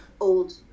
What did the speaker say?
old